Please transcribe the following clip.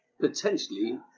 potentially